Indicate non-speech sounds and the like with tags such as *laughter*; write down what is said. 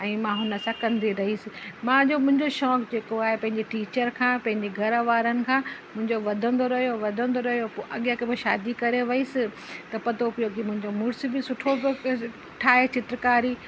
व ऐं मां हुन सां कंदी रहियसि मुहिंजो मुंहिंजो शौंक़ु जेको आहे पंहिंजे टीचर खां पंहिंजे घरवारनि खां मुंहिंजो वधंदो रहियो वधंदो रहियो पोइ अॻियां की मां शादी करे वईसि त पतो पियो कू मुंहिजो मुड़स बि सुठो थो *unintelligible* ठाहे चित्रकारी